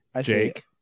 Jake